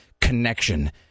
connection